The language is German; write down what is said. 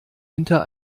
hinter